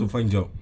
to find job